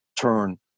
turn